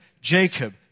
Jacob